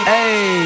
Hey